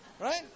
Right